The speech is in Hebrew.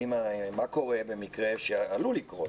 סימה, מה קורה במקרה שעלול לקרות,